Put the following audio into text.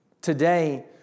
Today